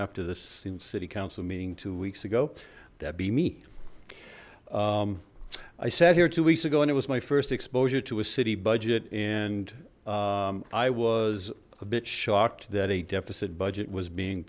after the city council meeting two weeks ago that be me i sat here two weeks ago and it was my first exposure to a city budget and i was a bit shocked that a deficit budget was being